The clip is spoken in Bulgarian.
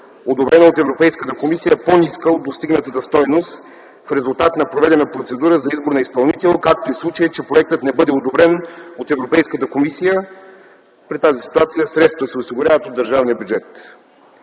одобрена от Европейската комисия, е по-ниска от достигнатата стойност в резултат на проведена процедура за избор на изпълнител, както и в случай, че проектът не бъде одобрен от Европейската комисия. При тази ситуация средствата се осигуряват от държавния бюджет.